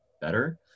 better